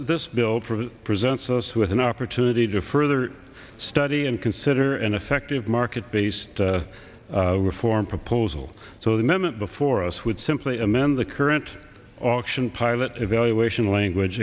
this bill for presents us with an opportunity to further study and consider an effective market based reform proposal so the minute before us would simply amend the current option pilot evaluation language